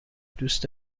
دوست